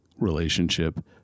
relationship